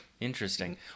interesting